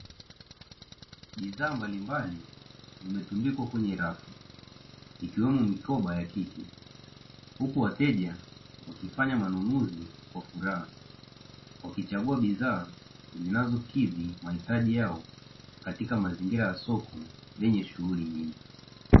Bidhaa mbalimbali zimetundikwa kwenye rafu, ikiwemo mikoba ya kike, huku wateja wakifanya manunuzi kwa furaha, wakichagua bidhaa zinazokidhi mahitaji yao katika mazingira ya soko yenye shughuli nyingi.